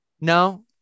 No